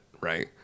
right